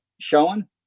showing